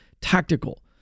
tactical